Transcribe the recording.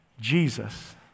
Jesus